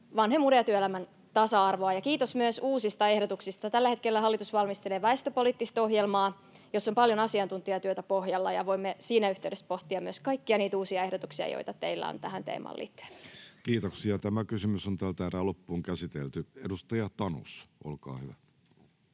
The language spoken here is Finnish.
vanhemmuuden ja työelämän tasa-arvoa. Kiitos myös uusista ehdotuksista. Tällä hetkellä hallitus valmistelee väestöpoliittista ohjelmaa, jossa on paljon asiantuntijatyötä pohjalla, ja voimme siinä yhteydessä pohtia myös kaikkia niitä uusia ehdotuksia, joita teillä on tähän teemaan liittyen. Edustaja Tanus, olkaa hyvä.